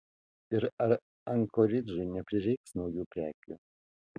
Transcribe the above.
ir ar ankoridžui neprireiks naujų prekių